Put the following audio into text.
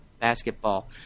basketball